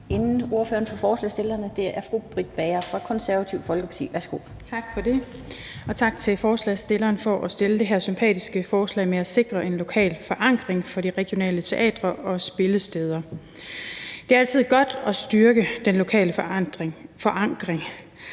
inden ordføreren for forslagsstillerne er fru Britt Bager fra Det Konservative Folkeparti. Værsgo. Kl. 14:08 (Ordfører) Britt Bager (KF): Tak for det, og tak til forslagsstillerne for at fremsætte det her sympatiske forslag om at sikre en lokal forankring for de regionale teatre og spillesteder. Det er altid godt at styrke den lokale forankring,